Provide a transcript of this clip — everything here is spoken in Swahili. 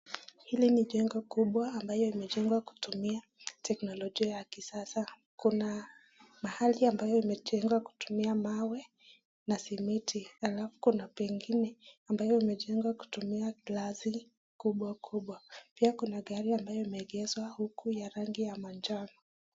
Hili ni njengo kubwa ambayo imejengwa kutumia teknolojia ya kisasa . Kuna pahali imejengwa kutumia mawe na simiti alafu kuna pengine ambayo imejengwa kutumia glasi kubwa kubwa pia kuna gari ambayo imeegezwa huko ya rangi ya manjano.